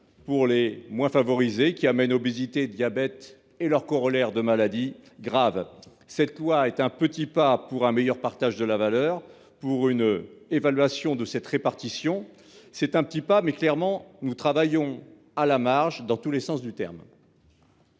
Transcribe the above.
pour les moins favorisés, qui provoque obésité, diabète et leurs corollaires de maladies graves. Cette proposition de loi est un petit pas vers un meilleur partage de la valeur, vers une évaluation de cette répartition. C'est un petit pas : clairement, nous travaillons à la marge, dans tous les sens du terme.